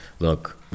look